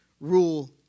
rule